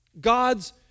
God's